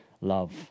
love